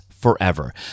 forever